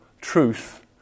truth